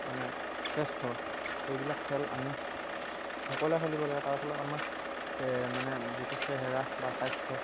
মানে শ্ৰেষ্ঠ সেইবিলাক খেল আমি সকলোৱে খেলিব লাগে তাৰ ফলত আমাৰ মানে যিটো চেহেৰা বা স্বাস্থ্য